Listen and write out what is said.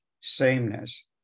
sameness